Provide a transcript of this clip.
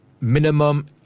minimum